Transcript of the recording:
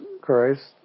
Christ